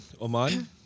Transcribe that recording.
Oman